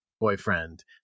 boyfriend